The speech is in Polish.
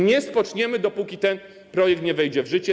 Nie spoczniemy, dopóki ten projekt nie wejdzie w życie.